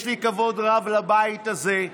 יש לי כבוד רב לבית הזה,